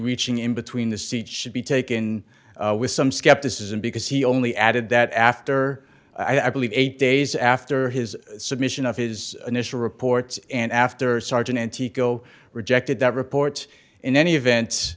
reaching in between the seat should be taken with some skepticism because he only added that after i believe eight days after his submission of his initial reports and after sergeant teco rejected that report in any event